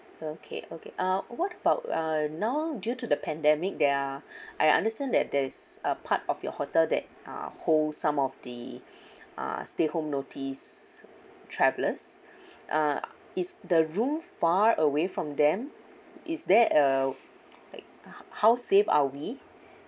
okay okay uh what about uh now due to the pandemic there are I understand that there is a part of your hotel that uh hold some of the uh stay home notice travellers uh is the room far away from them is there a how how safe are we